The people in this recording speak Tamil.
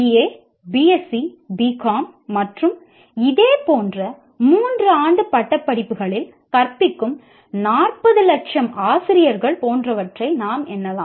ஏ மற்றும் இதே போன்ற 3 ஆண்டு பட்டப்படிப்புகளில் கற்பிக்கும் 40 லட்சம் ஆசிரியர்கள் போன்றவற்றை நாம் எண்ணலாம்